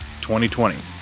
2020